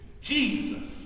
Jesus